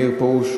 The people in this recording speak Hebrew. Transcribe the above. מאיר פרוש,